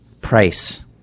price